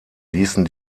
ließen